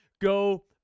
Go